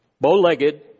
bow-legged